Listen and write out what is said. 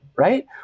Right